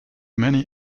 many